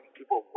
people